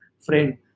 friend